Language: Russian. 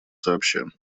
сообща